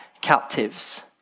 captives